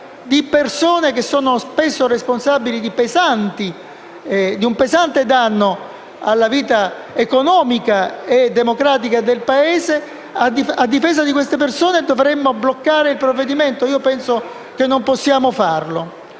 di persone che sono spesso responsabili di un pesante danno alla vita economica e democratica del Paese, dovremmo dunque bloccare il provvedimento? Penso che non possiamo farlo.